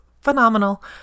phenomenal